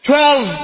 Twelve